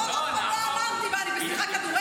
לא, לא, נהפוך הוא.